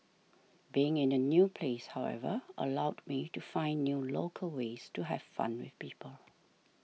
being in a new place however allowed me to find new local ways to have fun with people